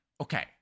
okay